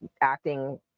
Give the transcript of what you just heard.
acting